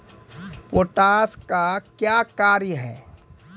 Potash का क्या कार्य हैं?